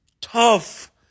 tough